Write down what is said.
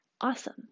Awesome